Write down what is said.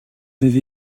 avez